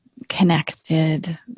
Connected